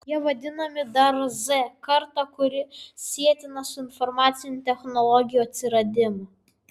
jie vadinami dar z karta kuri sietina su informacinių technologijų atsiradimu